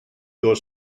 does